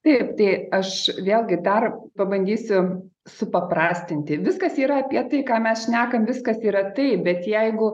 taip tai aš vėlgi dar pabandysiu supaprastinti viskas yra apie tai ką mes šnekam viskas yra taip bet jeigu